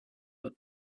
but